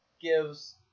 gives